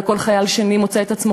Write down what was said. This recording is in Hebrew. וכל חייל שני מוצא את עצמו,